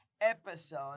episode